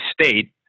state